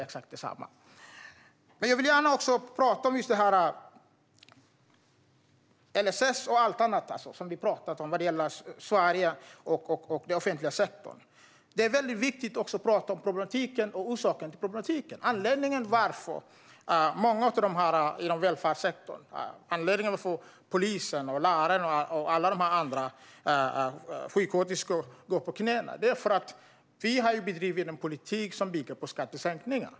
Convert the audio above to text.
När det gäller LSS, den offentliga sektorn och allt annat i Sverige som vi har talat om är det mycket viktigt att också tala om problematiken och orsaken till problematiken. Anledningen till att många människor inom välfärdssektorn - poliser, lärare, sjuksköterskor och andra - går på knäna är att det har bedrivits en politik som bygger på skattesänkningar.